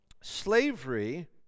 slavery